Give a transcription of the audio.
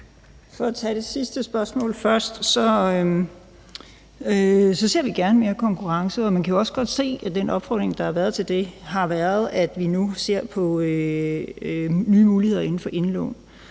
For at tage det sidste spørgsmål først ser vi gerne mere konkurrence, og man kan jo også godt se, at den opfordring, der har været til det, har gjort, at vi nu ser nye muligheder inden for indlån.